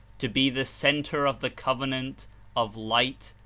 to be the center of the covenant of light,